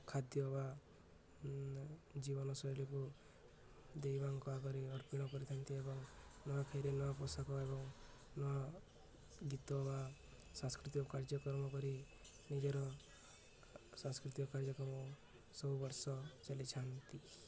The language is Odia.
ଖାଦ୍ୟ ବା ଜୀବନଶୈଳୀକୁ ଦେବାଙ୍କ ଆଗରେ ଅର୍ପଣ କରିଥାନ୍ତି ଏବଂ ନୂଆ ଖାଇରେ ନୂଆ ପୋଷାକ ଏବଂ ନୂଆ ଗୀତ ବା ସାଂସ୍କୃତିକ କାର୍ଯ୍ୟକ୍ରମ କରି ନିଜର ସାଂସ୍କୃତିକ କାର୍ଯ୍ୟକ୍ରମ ସବୁ ବର୍ଷ ଚାଲିଥାନ୍ତି